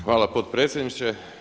Hvala potpredsjedniče.